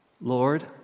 Lord